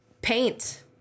paint